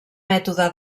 mètode